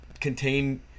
contain